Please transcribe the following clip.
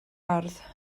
ardd